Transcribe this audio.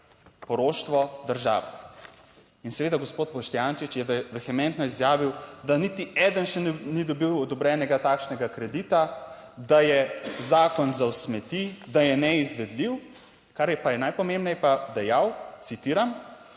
poroštvo države. In seveda, gospod Boštjančič je vehementno izjavil, da niti eden še ni dobil odobrenega takšnega kredita, da je zakon za v smeti, da je neizvedljiv, kar pa je najpomembneje, je pa dejal, citiram,